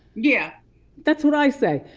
yeah that's what i say.